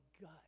gut